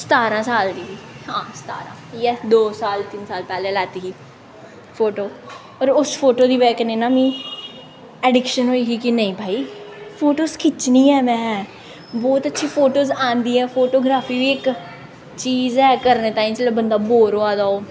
सतारां साल दी ही हां सतारां साल इ'यै दो साल तीन साल पैह्ले लैती ही फोटो पर उस फोटो दी बजह कन्नै ना मिगी एडिक्शन होई कि नेईं भाई फोटोज खिच्चनी आं में बौहत अच्छी फोटोज आंदियां फोटोग्राफी बी इक चीज ऐ करने ताईं जिसलै बंदा बोर होआ दा होग